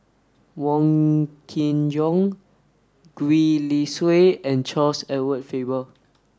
Wong Kin Jong Gwee Li Sui and Charles Edward Faber